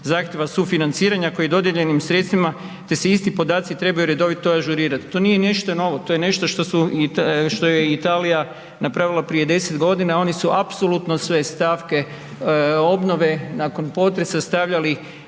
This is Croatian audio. zahtjeva sufinanciranja koji dodijeljenim sredstvima, te se isti podaci trebaju redovito ažurirat. To nije nešto novo. To je nešto što su, što je Italija napravila prije 10.g., oni su apsolutno sve stavke obnove nakon potresa stavljali